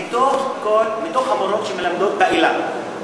מהמורות שמלמדות באילת,